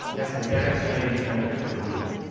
that's a direct strategic benefit for google.